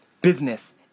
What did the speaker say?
Business